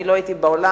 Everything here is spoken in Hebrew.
אני לא הייתי באולם,